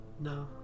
no